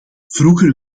vroeger